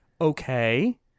Okay